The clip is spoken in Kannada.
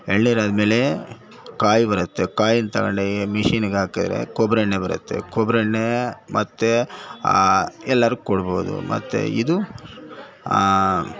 ಎಳನೀರು ಆದಮೇಲೆ ಕಾಯಿ ಬರತ್ತೆ ಕಾಯಿನ ತಗೊಂಡೋಗಿ ಮಿಷಿನಿಗೆ ಹಾಕಿದ್ರೆ ಕೊಬ್ರಿ ಎಣ್ಣೆ ಬರತ್ತೆ ಕೊಬ್ರಿ ಎಣ್ಣೆ ಮತ್ತೆ ಆ ಎಲ್ಲರಿಗೆ ಕೊಡ್ಬೋದು ಮತ್ತೆ ಇದು